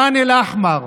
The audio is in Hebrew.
ח'אן אל-אחמר,